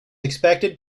expected